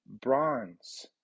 bronze